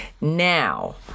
now